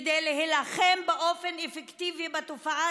כדי להילחם באופן אפקטיבי בתופעה,